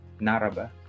naraba